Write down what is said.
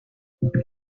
rue